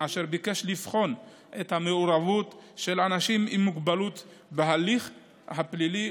אשר ביקש לבחון את המעורבות של אנשים עם מוגבלות בהליך הפלילי,